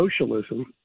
socialism